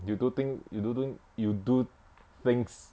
you do think you do thin~ you do things